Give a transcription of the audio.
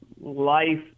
life